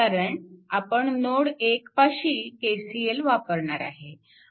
कारण आपण नोड 1 पाशी KCL वापरणार आहे